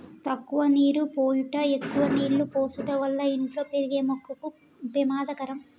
తక్కువ నీరు పోయుట ఎక్కువ నీళ్ళు పోసుట వల్ల ఇంట్లో పెరిగే మొక్కకు పెమాదకరం